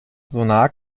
sonar